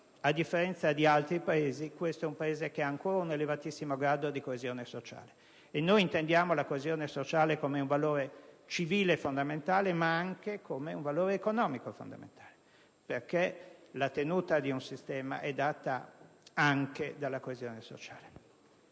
A differenza di altri Paesi, questo è un Paese che ha ancora un elevatissimo grado di coesione sociale, e noi intendiamo la coesione sociale come un valore civile fondamentale, ma anche come un valore economico fondamentale, perché la tenuta di un sistema è data anche dalla coesione sociale.